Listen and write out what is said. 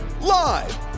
Live